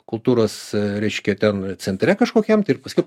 kultūros reiškia ten centre kažkokiam tai ir paskiau